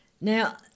Now